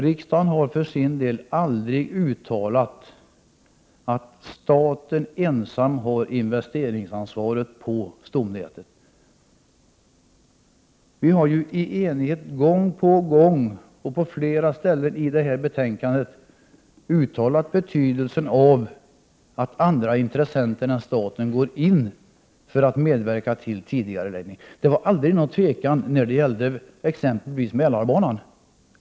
Riksdagen har för sin del aldrig uttalat att staten ensam har investeringsansvaret för stomnätet. Vi har ju i enighet gång på gång och på flera ställen i detta betänkande uttalat betydelsen av att andra intressenter än staten går in för att medverka till en tidigareläggning. Det var aldrig någon tvekan t.ex. i fråga om Mälarbanan.